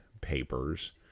papers